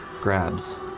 grabs